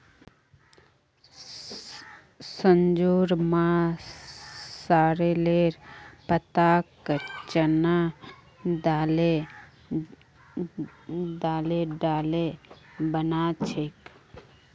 संजूर मां सॉरेलेर पत्ताक चना दाले डाले बना छेक